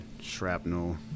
shrapnel